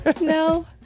No